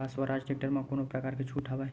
का स्वराज टेक्टर म कोनो प्रकार के छूट हवय?